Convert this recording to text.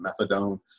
methadone